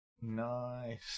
Nice